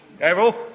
Errol